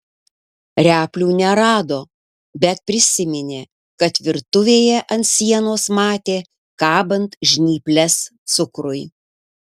replių nerado bet prisiminė kad virtuvėje ant sienos matė kabant žnyples cukrui